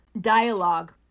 dialogue